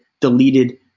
deleted